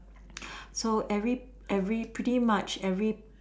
so every every pretty much every